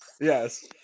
Yes